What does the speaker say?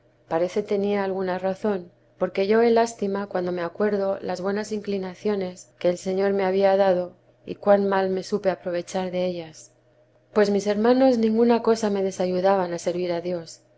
parece tenía alguna razón porque yo he lástima cuando me acuerdo las buenas inclinaciones que el señor me había dado y cuan mal me supe aprovechar de ellas pues mis hermanos ninguna cosa me desayudaban a servir a dios